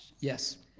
yes?